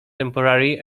temporary